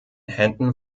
händen